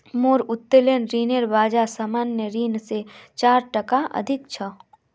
मोर उत्तोलन ऋनेर ब्याज सामान्य ऋण स चार टका अधिक छ